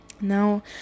Now